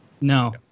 No